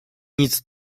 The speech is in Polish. nic